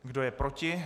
Kdo je proti?